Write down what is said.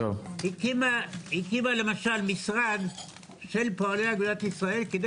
הקימה למשל משרד של פועלי אגודת ישראל כדי